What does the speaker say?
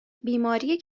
بیماری